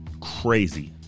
crazy